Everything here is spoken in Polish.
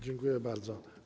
Dziękuję bardzo.